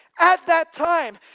at that time,